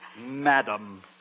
Madam